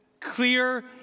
clear